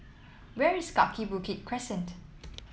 where is Kaki Bukit Crescent